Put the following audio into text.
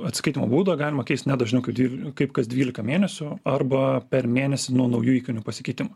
atsiskaitymo būdą galima keist ne dažniau kad ir kaip kas dvylika mėnesių arba per mėnesį nuo naujų įkainių pasikeitimo